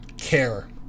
care